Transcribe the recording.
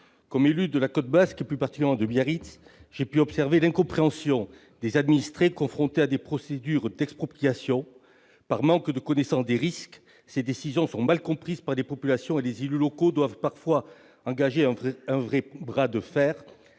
qu'élu de la côte basque, plus particulièrement de Biarritz, j'ai pu observer l'incompréhension des administrés confrontés à des procédures d'expropriation. Par manque de connaissance des risques, ces décisions sont mal comprises par les populations. Les élus locaux doivent parfois engager un véritable bras de fer,